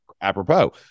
Apropos